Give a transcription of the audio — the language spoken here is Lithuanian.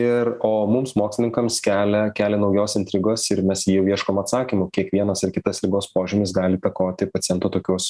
ir o mums mokslininkams kelia kelia naujos intrigos ir mes jau ieškom atsakymų kiekvienas ar kitas ligos požymis gali įtakoti paciento tokius